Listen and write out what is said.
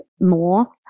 more